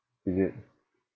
is it